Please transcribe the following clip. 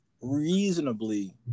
reasonably